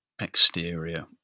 exterior